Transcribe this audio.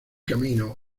camino